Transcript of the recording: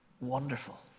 Wonderful